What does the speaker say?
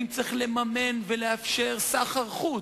האם צריך לממן ולאפשר סחר חוץ?